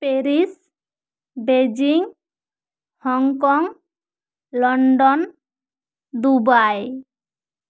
Paris Beijing Hong Kong London Dubai